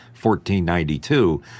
1492